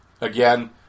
again